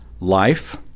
life